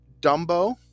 Dumbo